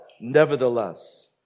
Nevertheless